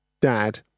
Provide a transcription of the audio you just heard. dad